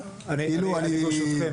קודם כל,